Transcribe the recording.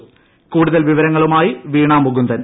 ര കൂടുതൽ വിവരങ്ങളുമായി വീണ മുകുന്ദൻ